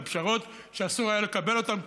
לפשרות שאסור היה לקבל אותן,